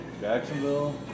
Jacksonville